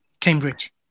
Cambridge